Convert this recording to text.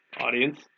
Audience